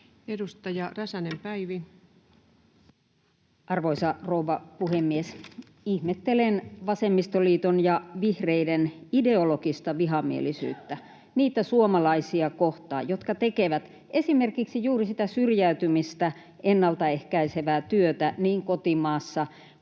12:22 Content: Arvoisa rouva puhemies! Ihmettelen vasemmistoliiton ja vihreiden ideologista vihamielisyyttä niitä suomalaisia kohtaan, jotka tekevät esimerkiksi juuri syrjäytymistä ennalta ehkäisevää työtä niin kotimaassa